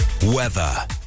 weather